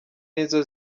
nizo